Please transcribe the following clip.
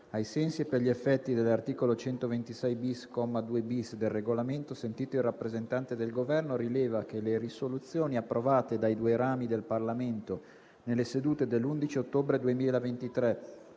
ai sensi e per gli effetti dell'articolo 126-*bis*, comma 2-*bis* del Regolamento, sentito il rappresentante del Governo, rileva che le risoluzioni approvate dai due rami del Parlamento nelle sedute dell'11 ottobre 2023